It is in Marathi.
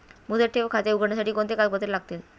मुदत ठेव खाते उघडण्यासाठी कोणती कागदपत्रे लागतील?